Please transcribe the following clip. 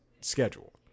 schedule